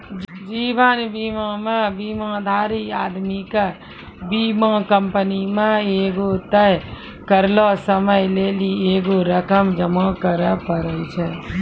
जीवन बीमा मे बीमाधारी आदमी के बीमा कंपनी मे एगो तय करलो समय लेली एगो रकम जमा करे पड़ै छै